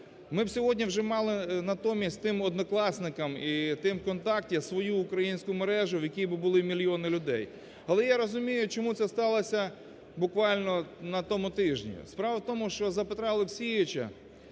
Ми сьогодні б вже мали натомість тим "Одноклассникам" і тим "ВКонтакте" свою українську мережу, в якій би було мільйони людей. Але я розумію, чому це сталося буквально на тому тижні. Справа в тому, що за Петра Олексійовича